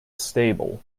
stable